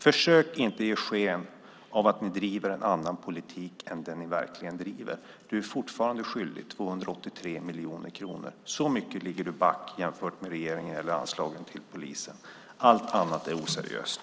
Försök inte ge sken av att ni driver en annan politik än den ni verkligen driver! Du är fortfarande skyldig 283 miljoner kronor. Så mycket ligger du back jämfört med regeringen när det gäller anslagen till polisen. Allt annat tal är oseriöst.